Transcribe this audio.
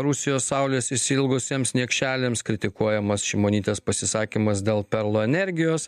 rusijos saulės išsiilgusiems niekšeliams kritikuojamas šimonytės pasisakymas dėl perlo energijos